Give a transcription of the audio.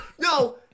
No